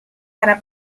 para